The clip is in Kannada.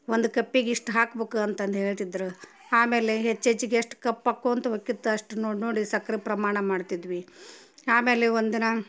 ಒಂದು ಕಪ್ಪಿಗೆ ಇಷ್ಟು ಹಾಕ್ಬಕು ಅಂತಂದು ಹೇಳ್ತಿದ್ರು ಆಮೇಲೆ ಹೆಚ್ಚು ಹೆಚ್ಗೆ ಎಷ್ಟು ಕಪ್ ಆಕೊತ ಹೋಕ್ಕಿತ್ತ ಅಷ್ಟು ನೋಡಿ ನೋಡಿ ಸಕ್ಕರೆ ಪ್ರಮಾಣ ಮಾಡ್ತಿದ್ವಿ ಆಮೇಲೆ ಒಂದು ನಾ